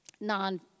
non